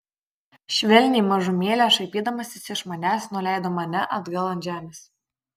švelniai mažumėlę šaipydamasis iš manęs nuleido mane atgal ant žemės